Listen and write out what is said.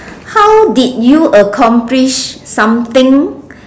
how did you accomplish something